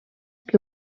que